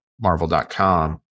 marvel.com